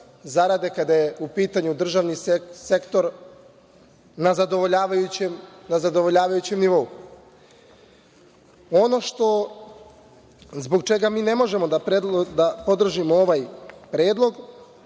kada je u pitanju državni sektor na zadovoljavajućem nivou. Ono zbog čega mi ne možemo da podržimo ovaj predlog